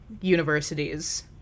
universities